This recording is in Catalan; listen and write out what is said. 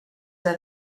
del